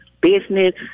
business